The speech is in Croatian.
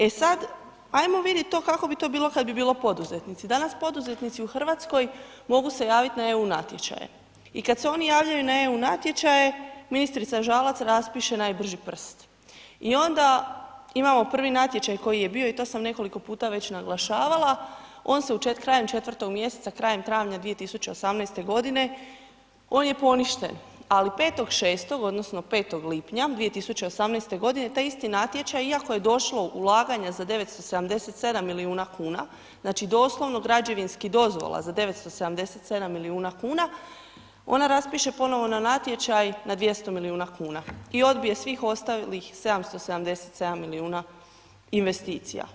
E sad, ajmo vidjet to kako bi to bilo kad bi bilo poduzetnici, danas poduzetnici u RH mogu se javiti na EU natječaje i kad se oni javljaju na EU natječaje, ministrica Žalac raspiše najbrži prst i onda imamo prvi natječaj koji je bio i to sam nekoliko puta već naglašavala, on se krajem četvrtog mjeseca, krajem travnja 2018.g., on je poništen, ali 5.6. odnosno 5. lipnja 2018.g. taj isti natječaj iako je došlo ulaganja za 977 milijuna kuna, znači, doslovno građevinskih dozvola za 977 milijuna kuna, ona raspiše ponovo na natječaj na 200 milijuna kuna i odbije svih ostalih 777 milijuna investicija.